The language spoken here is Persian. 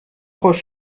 خوش